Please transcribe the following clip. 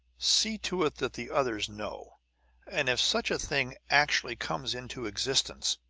see to it that the others know and if such a thing actually comes into existence,